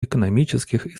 экономических